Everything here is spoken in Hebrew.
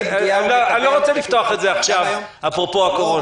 אני לא רוצה לפתוח את זה עכשיו אפרופו הקורונה.